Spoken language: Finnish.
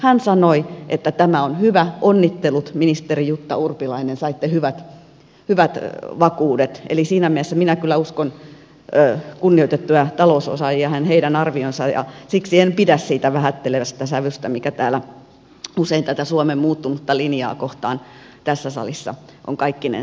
hän sanoi että tämä on hyvä onnittelut ministeri jutta urpilainen saitte hyvät vakuudet eli siinä mielessä minä kyllä uskon kunnioitettuja talousosaajia ja heidän arvioitaan ja siksi en pidä siitä vähättelevästä sävystä mikä täällä usein tätä suomen muuttunutta linjaa kohtaa tässä salissa on kaikkinensa ollut